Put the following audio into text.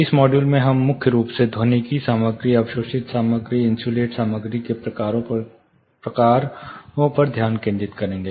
इस मॉड्यूल में हम मुख्य रूप से ध्वनिकी सामग्री अवशोषित सामग्री इन्सुलेट सामग्री के प्रकारों पर ध्यान केंद्रित करेंगे